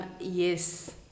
yes